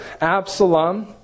Absalom